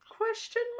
Question